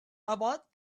about